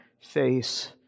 face